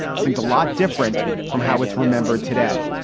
seemed a lot different from how it's remembered today.